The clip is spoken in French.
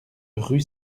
rue